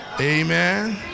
amen